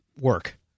work